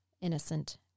innocent